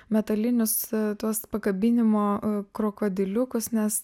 metalinius tuos pakabinimo krokodiliukus nes